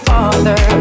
Father